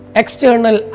external